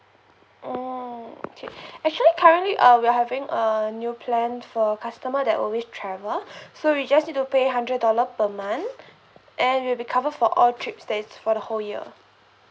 oh okay actually currently uh we are having a new plan for customer that always travel so you just need to pay hundred dollar per month and you'll be covered for all trip stays for the whole year